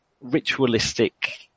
ritualistic